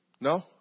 No